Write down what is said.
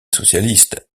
socialiste